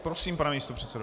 Prosím, pane místopředsedo.